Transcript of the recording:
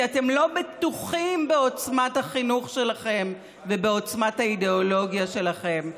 כי אתם לא בטוחים בעוצמת החינוך שלכם ובעוצמת האידיאולוגיה שלכם.